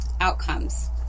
outcomes